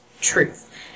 truth